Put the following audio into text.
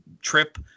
trip